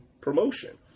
promotion